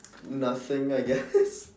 nothing I guess